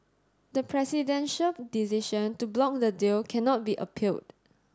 the presidential decision to block the deal cannot be appealed